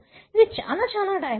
ఇది చాలా చాలా డైనమిక్